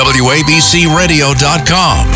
wabcradio.com